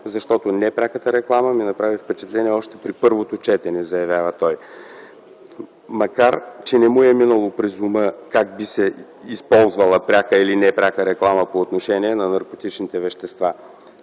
Защото – „непряката реклама ми направи впечатление още при първото четене”, заявява той, макар че „не му минало през главата как би се използвала пряка или непряка реклама по отношение на наркотични вещества”.